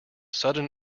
sudden